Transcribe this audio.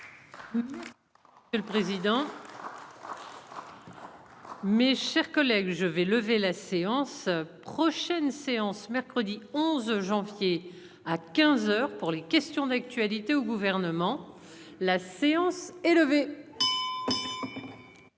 je vous remercie. Mes chers collègues, je vais lever la séance. Prochaine séance mercredi 11 janvier à 15h pour les questions d'actualité au gouvernement. La séance est levée.